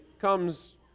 comes